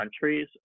countries